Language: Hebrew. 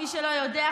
מי שלא יודע,